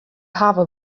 hawwe